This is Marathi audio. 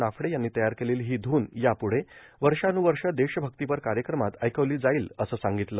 नाफडे यांनी तयार केलेली ही धून यापुढं वर्षान्रवर्ष देशभक्तीपर कार्यक्रमात ऐकवली जाईल असं सांगितलं